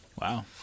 Wow